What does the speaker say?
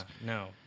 no